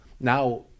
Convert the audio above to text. now